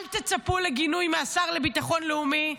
אל תצפו לגינוי מהשר לביטחון לאומי,